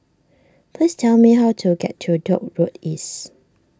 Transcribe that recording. please tell me how to get to Dock Road East